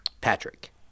Patrick